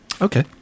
Okay